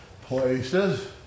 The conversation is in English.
places